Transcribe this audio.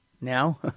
Now